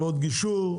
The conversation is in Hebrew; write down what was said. הלוואות גישור.